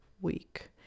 week